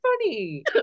funny